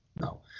no